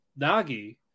Nagi